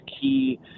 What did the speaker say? key